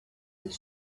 sich